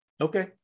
Okay